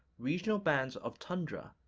regional bands of tundra,